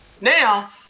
now